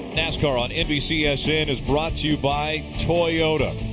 nascar on nbc ah sn is brought to you by toyota.